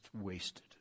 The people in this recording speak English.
wasted